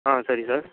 ஆ சரி சார்